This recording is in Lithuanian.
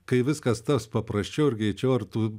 kai viskas taps paprasčiau ir greičiau ar tų